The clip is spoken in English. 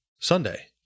Sunday